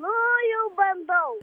nu jau bandau